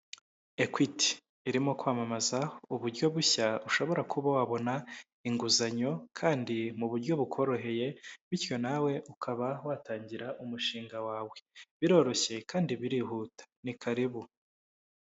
Equity irimo kwamamaza uburyo bushya ushobora kuba wabona inguzanyo kandi mu buryo bukoroheye, bityo nawe ukaba watangira umushinga wawe, biroroshye kandi birihuta ni karibu.